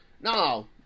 No